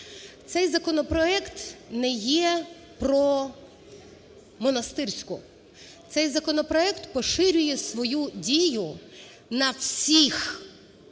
Цей законопроект не є про Монастирську, цей законопроект поширює свою дію на всіх